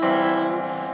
love